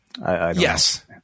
Yes